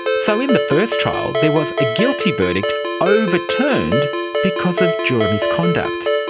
so in the first trial there was a guilty verdict overturned because of juror misconduct.